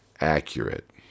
accurate